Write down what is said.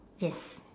yes